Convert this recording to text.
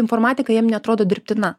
informatika jiem neatrodo dirbtina